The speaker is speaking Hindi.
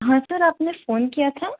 हाँ सर आपने फोन किया था